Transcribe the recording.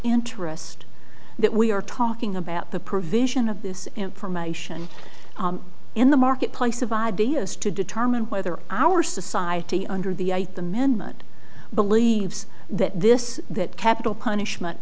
interest that we are talking about the provision of this information in the marketplace of ideas to determine whether our society under the id the man much believes that this that capital punishment